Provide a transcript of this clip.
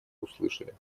услышали